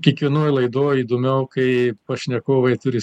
kiekvienoj laidoj įdomiau kai pašnekovai turi